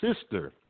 sister